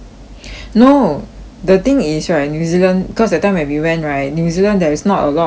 no the thing is right new zealand cause that time when we went right new zealand there is not a lot of people